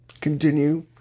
continue